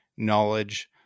knowledge